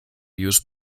use